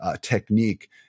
technique